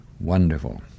wonderful